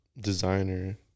designer